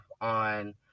on